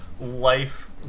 life